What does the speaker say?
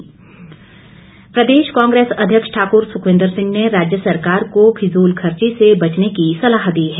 कांग्रेस प्रदेश कांग्रेस अध्यक्ष ठाकुर सुखविन्द्र सिंह ने राज्य सरकार को फिजूलखर्ची से बचने की सलाह दी है